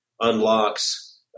unlocks